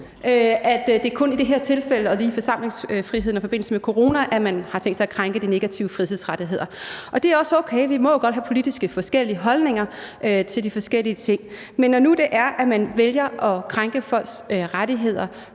at det kun er i det her tilfælde og i tilfældet med forsamlingsfriheden i forbindelse med corona, at man har tænkt sig at krænke de negative frihedsrettigheder. Det er også okay. Vi må jo godt have forskellige politiske holdninger til de forskellige ting. Men når nu det er, at man vælger at krænke folks rettigheder